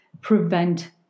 prevent